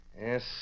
Yes